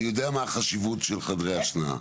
אני יודע מה החשיבות של חדרי השנאה,